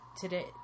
today